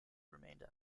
remained